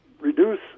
reduce